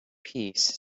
piece